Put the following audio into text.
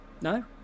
No